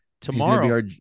tomorrow